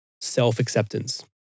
self-acceptance